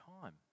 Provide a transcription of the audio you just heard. time